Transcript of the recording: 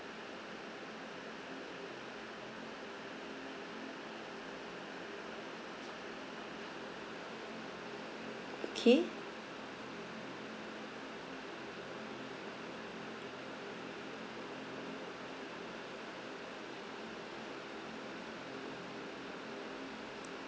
okay